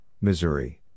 Missouri